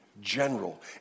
general